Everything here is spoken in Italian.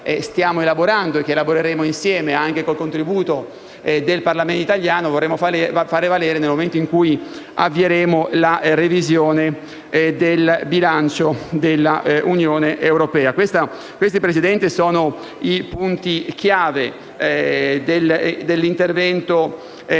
e che elaboreremo insieme, anche con il contributo del Parlamento italiano, e che vorremmo far valere nel momento in cui avvieremo la revisione del bilancio dell'Unione europea. Questi, Presidente, sono i punti chiave dell'intervento del